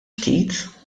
ftit